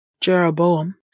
Jeroboam